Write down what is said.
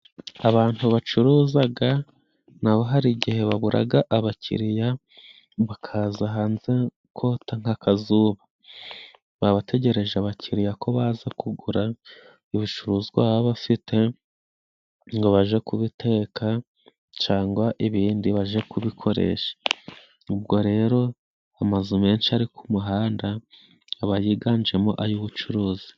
Abantu bacuruzaga nabo hari igihe baburaga abakiriya bakaza hanze kota nk' akazuba baba bategereje abakiriya ko baza kugura ibicuruzwa baba bafite ngo baje kubiteka cangwa ibindi baje kubikoresha, ubwo rero amazu menshi ari ku muhanda aba yiganjemo ay'ubucuruzi.